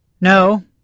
No